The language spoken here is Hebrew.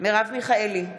מרב מיכאלי,